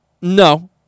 No